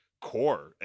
core